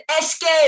escape